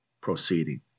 proceeding